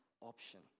option